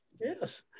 Yes